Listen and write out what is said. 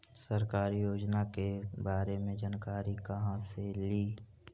सरकारी योजना के बारे मे जानकारी कहा से ली?